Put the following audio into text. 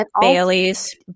Bailey's